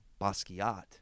Basquiat